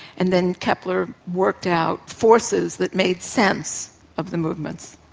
and then kepler worked out forces that made sense of the movements.